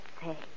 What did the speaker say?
say